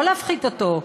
לא להפחית אותו.